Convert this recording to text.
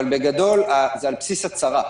בגדול, זה על בסיס הצהרה.